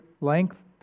length